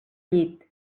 llit